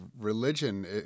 religion